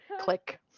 click